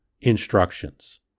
instructions